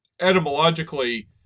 etymologically